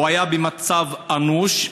הוא היה במצב אנוש,